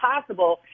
possible